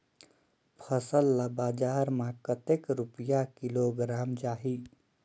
फसल ला बजार मां कतेक रुपिया किलोग्राम जाही?